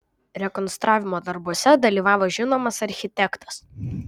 rekonstravimo darbuose dalyvavo žinomas architektas